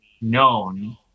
known